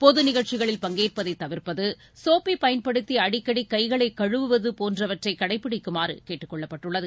பொது நிகழ்ச்சிகளில் பங்கேற்பதை தவிர்ப்பது சோப்பை பயன்படுத்தி அடிக்கடி கைகளை கழுவுவது போன்றவற்றை கடைப்பிடிக்குமாறு கேட்டுக்கொள்ளப்பட்டுள்ளது